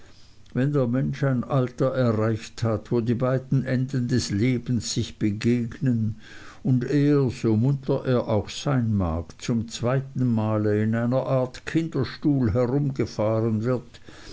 wenn der mensch ein alter erreicht hat wo die beiden enden des lebens sich begegnen und er so munter er auch sein mag zum zweiten male in einer art kinderstuhl herumgefahren wird